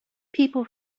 people